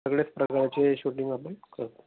सगळेच प्रकारचे शूटिंग आपण करतो